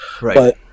Right